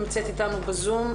נמצאת אתנו בזום.